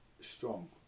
strong